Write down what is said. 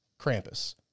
Krampus